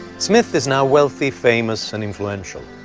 smith is now wealthy, famous, and influential.